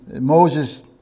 Moses